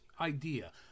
idea